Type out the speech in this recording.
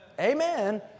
Amen